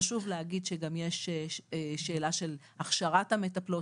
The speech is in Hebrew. חשוב להגיד שגם יש שאלה של הכשרת המטפלות,